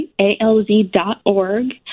ALZ.org